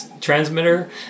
transmitter